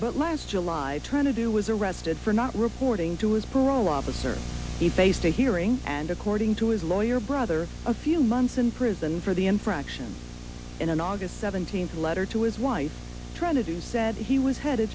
but last july trying to do was arrested for not reporting to his parole officer he faced a hearing and according to his lawyer brother a few months in prison for the infraction in an aug seventeenth letter to his wife trying to do said he was headed